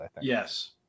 Yes